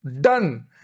done